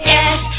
Yes